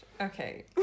Okay